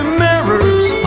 mirrors